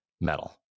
metal